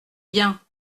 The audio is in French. bien